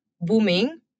booming